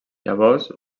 llavors